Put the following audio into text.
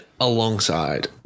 alongside